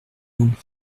donc